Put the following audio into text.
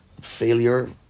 failure